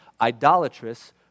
idolatrous